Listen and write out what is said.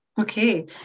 Okay